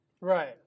Right